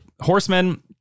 horsemen